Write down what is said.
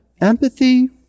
empathy